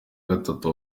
gatatu